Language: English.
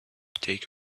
take